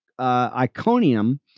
Iconium